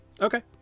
Okay